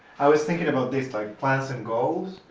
i was thinking about these like plans and goals